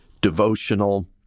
devotional